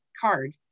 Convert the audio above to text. card